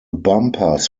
bumpers